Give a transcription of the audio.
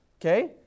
Okay